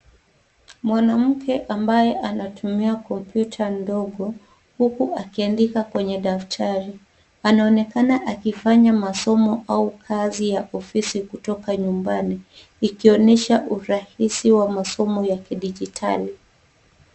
Mwanamke ambaye anatumia kompyuta ndogo, huku akiandika kwa daftari. Anaonekana akifanya masomo au kazi ya ofisi kutoka nyumbani, ikionyesha urahisi wa masomo ya kidijitali.